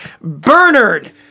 Bernard